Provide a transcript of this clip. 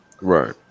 Right